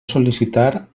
sol·licitar